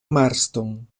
marston